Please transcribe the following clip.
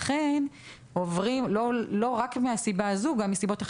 לכן לא רק מהסיבה הזו אלא גם מסיבות אחרות,